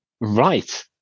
right